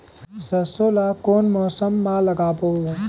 सरसो ला कोन मौसम मा लागबो?